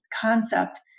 concept